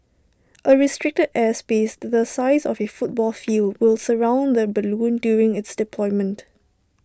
A restricted airspace the size of A football field will surround the balloon during its deployment